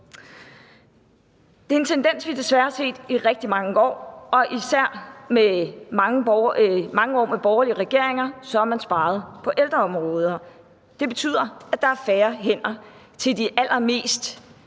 Det er en tendens, vi desværre har set i rigtig mange år, og især i mange år med borgerlige regeringer har man sparet på ældreområdet. Det betyder, at der er færre hænder til de allermest